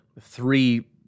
Three